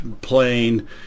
playing